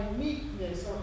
meekness